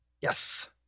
Yes